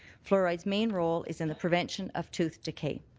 fluoride's main role is in the prevention of tooth decay,